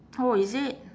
oh is it